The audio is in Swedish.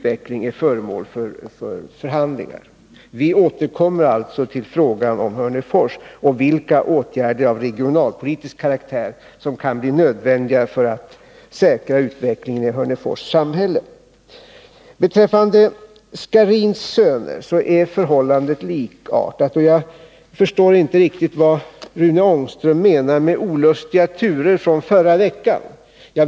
Vi återkommer alltså till frågan om Hörnefors och till vilka åtgärder av regionalpolitisk karaktär som kan bli nödvändiga för att säkra utvecklingen i Hörnefors samhälle. Beträffande Scharins Söner är förhållandet likartat, och jag förstår inte riktigt vad Rune Ångström menar med talet om olustiga turer från förra veckan.